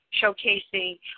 showcasing